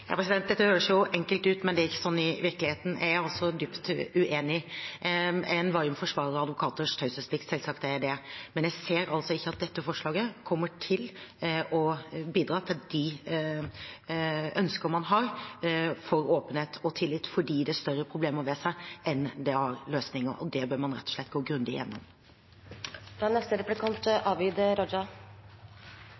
Dette høres enkelt ut, men det er ikke sånn i virkeligheten. Jeg er dypt uenig. En varm forsvarer av advokaters taushetsplikt – selvsagt er jeg det, men jeg ser ikke at dette forslaget kommer til å bidra til de ønskene man har for åpenhet og tillit, for det har større problemer ved seg enn det har løsninger. Det bør man rett og slett gå grundig